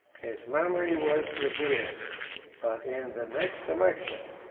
his memory was revered but in the next election,